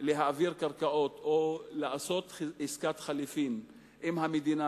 להעביר קרקעות או לעשות עסקת חליפין עם המדינה